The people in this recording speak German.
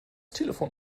telefon